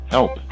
Help